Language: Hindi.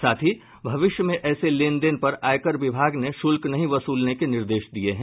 साथ ही भविष्य में ऐसे लेन देन पर आयकर विभाग ने शुल्क नहीं वसूलने के निर्देश दिये हैं